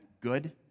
good